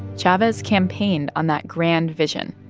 chavez campaigned on that grand vision.